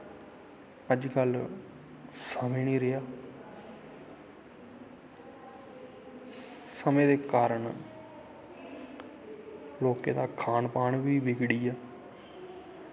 अजकल समें नी रेहा समें दे कारन लोकें दा खान पान बी बिगड़िया